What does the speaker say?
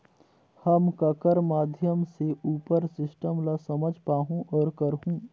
हम ककर माध्यम से उपर सिस्टम ला समझ पाहुं और करहूं?